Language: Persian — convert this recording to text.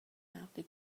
نقدی